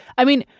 i mean,